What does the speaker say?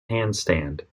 handstand